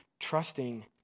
trusting